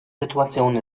situationen